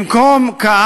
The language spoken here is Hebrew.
במקום זה,